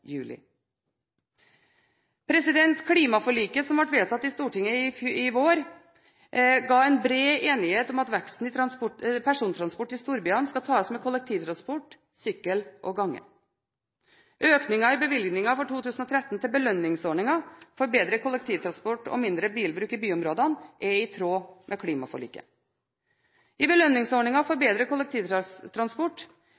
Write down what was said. juli. Klimaforliket, som ble vedtatt i Stortinget i vår, ga en bred enighet om at veksten i persontransport i storbyene skal tas med kollektivtransport, sykkel og gange. Økningen i bevilgningen for 2013 til belønningsordningen for bedre kollektivtransport og mindre bilbruk i byområdene er i tråd med klimaforliket. I belønningsordningen for